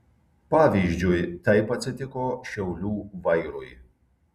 pavyzdžiui taip atsitiko šiaulių vairui